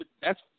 thats